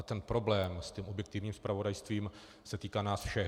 Ten problém s objektivním zpravodajstvím se týká nás všech.